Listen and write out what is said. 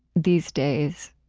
these days,